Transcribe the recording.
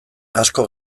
asko